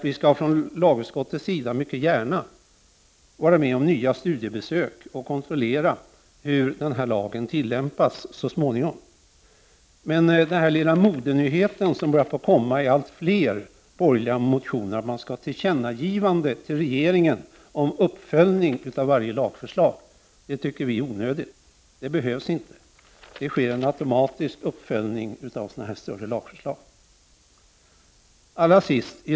Vi skall från lagutskottets sida mycket gärna göra nya studiebesök och kontrollera hur lagen tillämpas så småningom, men den här lilla modenyheten, som börjar komma i allt fler borgerliga motioner, att det skall göras tillkännagivande till regeringen om uppföljningen av varje lagförslag, är onödig — det sker en automatisk uppföljning av sådana här större lagförslag.